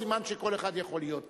סימן שכל אחד יכול להיות פה.